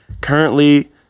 currently